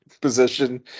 position